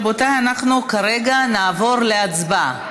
רבותיי, אנחנו כרגע נעבור להצבעה.